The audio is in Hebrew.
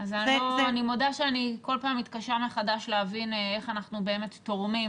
אני מודה שאני כל פעם מתקשה מחדש להבין איך אנחנו באמת תורמים